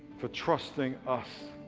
for trusting us.